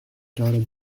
daughter